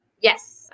Yes